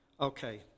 okay